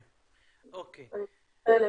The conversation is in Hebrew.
אני מתנצלת.